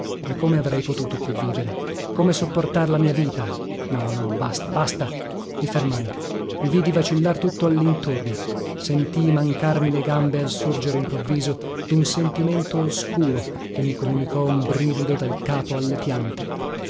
e come avrei potuto più vivere come sopportar la mia vita no no basta basta i fermai i vidi vacillar tutto allintorno sentii mancarmi le gambe al sorgere improvviso dun sentimento oscuro che mi comunicò un brivido dal capo alle piante